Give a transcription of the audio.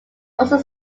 also